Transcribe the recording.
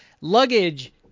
luggage